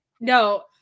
no